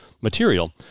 material